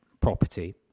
property